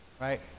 Right